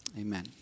Amen